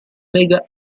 lega